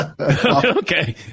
Okay